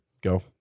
go